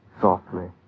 softly